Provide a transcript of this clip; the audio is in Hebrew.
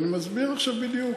ואני מסביר עכשיו בדיוק.